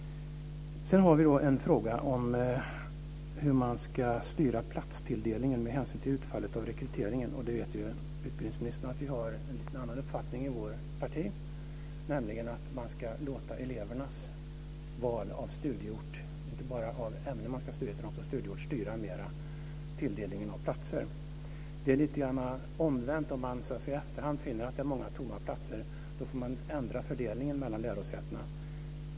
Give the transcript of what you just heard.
Sedan har vi en fråga om hur man ska styra platstilldelningen med hänsyn till utfallet av rekryteringen. Utbildningsministern vet att vi har en annan uppfattning i vårt parti, nämligen att man ska låta studenternas val av studieort mera styra tilldelningen av platser. Det blir omvänt om man i efterhand finner att det finns många tomma platser och då får ändra fördelningen mellan lärosätena.